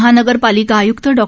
महानगरपालिका आय्क्त डॉ